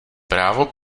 právo